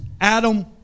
Adam